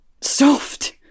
Soft